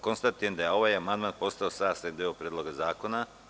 Konstatujem da je ovaj amandman postao sastavni deo Predloga zakona.